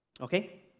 okay